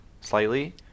slightly